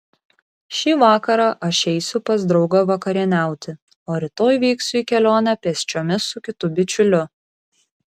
šį vakarą aš eisiu pas draugą vakarieniauti o rytoj vyksiu į kelionę pėsčiomis su kitu bičiuliu